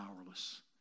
powerless